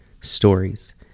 stories